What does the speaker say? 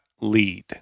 lead